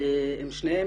שניהם